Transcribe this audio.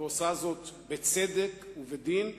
ועשתה זאת בצדק ובדין,